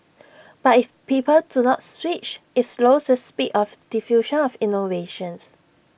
but if people do not switch IT slows the speed of diffusion of innovations